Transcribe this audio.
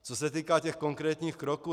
Co se týká těch konkrétních kroků.